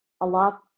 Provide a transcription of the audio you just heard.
Allah